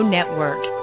Network